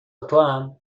توام